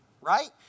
right